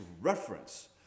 reference